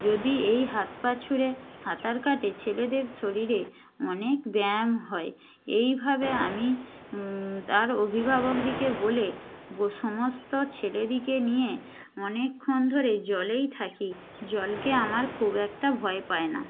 যদি এই হাত পা ছুড়ে সাঁতার কাটে ছেলেদের শরীরে অনেক ব্যায়াম হয় এইভাবে আমি তার অভিভাবকদিকে বলে ব সমস্ত ছেলেদিকে নিয়ে অনেকক্ষণ ধরে জলেই থাকি জলকে আমার খুব একটা ভয় পায় না